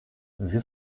wir